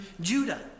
Judah